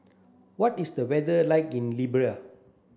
what is the weather like in Libya